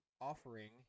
offering